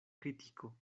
kritiko